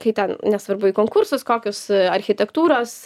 kai ten nesvarbu į konkursus kokius architektūros